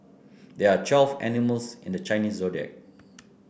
there are twelve animals in the Chinese Zodiac